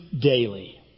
daily